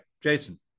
Jason